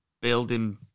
building